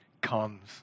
comes